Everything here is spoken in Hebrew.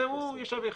הוא ישב ויחכה.